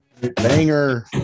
Banger